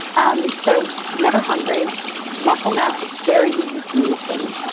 um so, never hungry muscle mass is very easy to maintain.